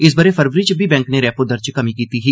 इस बरे फरवरी च बी बैंक नै रेपो दर च कमी कीती ही